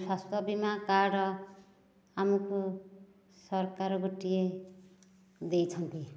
ସ୍ବାସ୍ଥ୍ୟବୀମା card ଆମକୁ ସରକାର ଗୋଟିଏ ଦେଇଛନ୍ତି